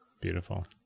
beautiful